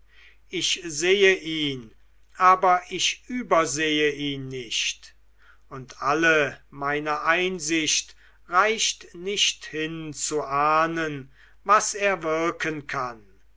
ich sehe ihn aber ich übersehe ihn nicht und alle meine einsicht reicht nicht hin zu ahnen was er wirken kann